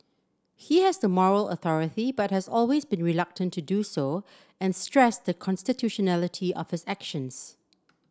he has the moral authority but has always been reluctant to do so and stressed the constitutionality of his actions